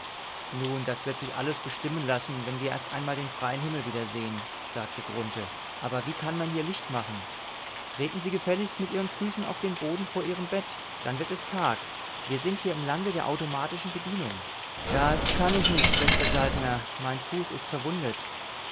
nun das wird sich alles bestimmen lassen wenn wir erst einmal den freien himmel wiedersehen sagte grunthe aber wie kann man hier licht machen treten sie gefälligst mit ihren füßen auf den boden vor ihrem bett dann wird es tag wir sind hier im lande der automatischen bedienung das kann ich nicht bester saltner mein fuß ist verwundet